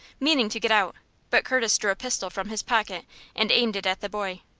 meaning to get out but curtis drew a pistol from his pocket and aimed it at the boy.